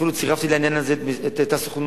אפילו צירפתי לעניין הזה את הסוכנות,